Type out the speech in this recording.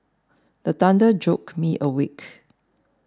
the thunder joke me awake